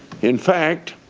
in fact,